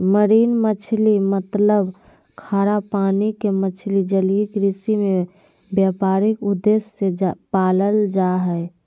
marine मछली मतलब खारा पानी के मछली जलीय कृषि में व्यापारिक उद्देश्य से पालल जा हई